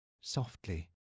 Softly